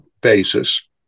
basis